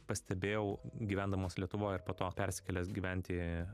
pastebėjau gyvendamas lietuvoj ir po to persikėlęs gyventi